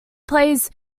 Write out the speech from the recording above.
plays